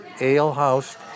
alehouse